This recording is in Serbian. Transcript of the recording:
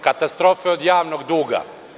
Katastrofa je od javnog duga.